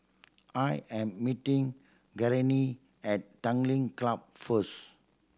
I am meeting Gurney at Tanglin Club first